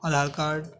Aadhaar card